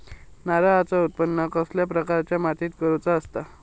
नारळाचा उत्त्पन कसल्या प्रकारच्या मातीत करूचा असता?